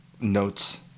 notes